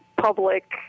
public